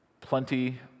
plenty